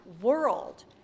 world